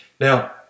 Now